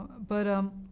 but um